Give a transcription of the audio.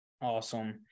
Awesome